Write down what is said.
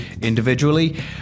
individually